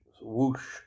whoosh